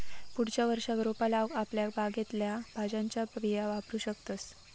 पुढच्या वर्षाक रोपा लाऊक आपल्या बागेतल्या भाज्यांच्या बिया वापरू शकतंस